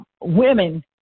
women